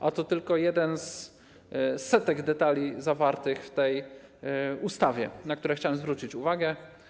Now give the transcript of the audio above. A to tylko jeden z setek detali zawartych w tej ustawie, na które chciałem zwrócić uwagę.